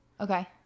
Okay